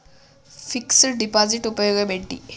Fix డ్ deposit ఉపయోగం ఏంటి?